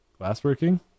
Glassworking